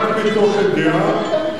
רק מתוך ידיעה,